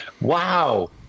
Wow